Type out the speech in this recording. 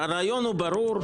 הרעיון ברור.